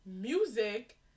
music